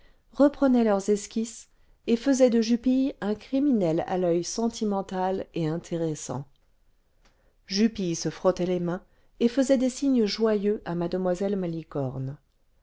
reprenaient leurs esquisses et faisaient de jupille un criminel à l'oeil sentimental et intéressant jupille se frottait les mains et faisait des signes joyeux à mue malicorne